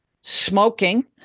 smoking